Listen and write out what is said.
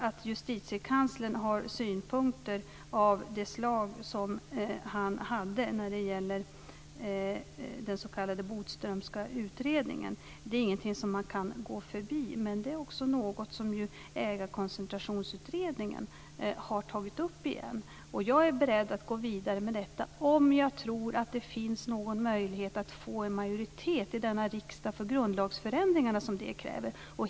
Att Justitiekanslern har synpunkter av det slag som han framförde när det gällde den s.k. Bodströmska utredningen kan man inte gå förbi, men det är också något som Ägarkoncentrationsutredningen har tagit upp igen. Jag är beredd att gå vidare med detta, om jag tror att det finns någon möjlighet att få majoritet i riksdagen för de grundlagsförändringar som det kräver.